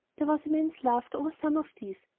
there was immense laughter over some of these,